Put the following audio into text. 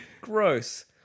gross